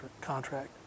contract